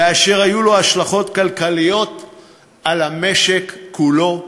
ושהיו לו השלכות כלכליות על המשק כולו,